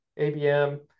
ABM